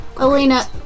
Elena